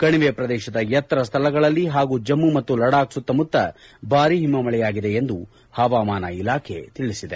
ಕಣಿವೆ ಪ್ರದೇಶದ ಎತ್ತರ ಸ್ಥಳಗಳಲ್ಲಿ ಹಾಗೂ ಜಮ್ನು ಮತ್ತು ಲಡಾಖ್ ಸುತ್ತಮುತ್ತ ಭಾರಿ ಹಿಮಮಳೆಯಾಗಿದೆ ಎಂದು ಹವಾಮಾನ ಇಲಾಖೆ ತಿಳಿಸಿದೆ